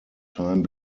time